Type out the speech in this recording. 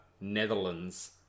Netherlands